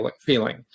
feeling